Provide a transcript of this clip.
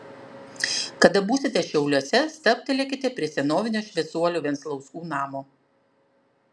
kada būsite šiauliuose stabtelėkite prie senovinio šviesuolių venclauskų namo